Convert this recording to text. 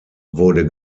wurde